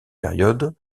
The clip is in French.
période